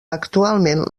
actualment